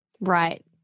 Right